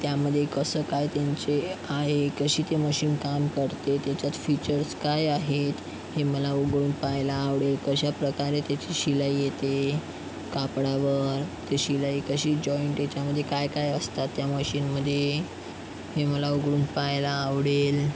त्यामधे कसं काय त्यांचे आहे कशी ती मशीन काम करते त्याच्यात फीचर्स काय आहेत हे मला उघडून पाहायला आवडेल कशा प्रकारे त्याची शिलाई येते कापडावर ते शिलाई कशी जॉईंट याच्यामध्ये काय काय असतात त्या मशीनमध्ये हे मला उघडून पहायला आवडेल